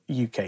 UK